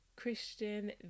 Christian